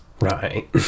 Right